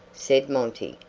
said monty,